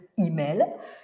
email